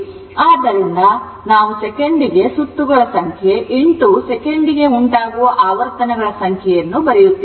ಆದ್ದರಿಂದ ಅದಕ್ಕಾಗಿಯೇ ನಾವು ಸೆಕೆಂಡಿಗೆ ಸುತ್ತುಗಳ ಸಂಖ್ಯೆ ಸೆಕೆಂಡಿಗೆ ಉಂಟಾಗುವ ಆವರ್ತನಗಳ ಸಂಖ್ಯೆಯನ್ನು ಬರೆಯುತ್ತಿದ್ದೇವೆ